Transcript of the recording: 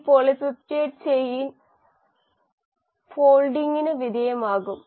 ഈ polypeptide chain ഫോൾഡിങ്ങിന് വിധേയമാകും